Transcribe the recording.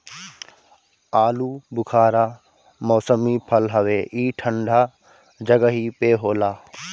आलूबुखारा मौसमी फल हवे ई ठंडा जगही पे होला